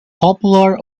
popular